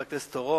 חבר הכנסת אורון,